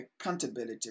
accountability